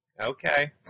okay